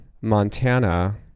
Montana